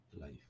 life